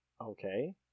Okay